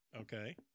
Okay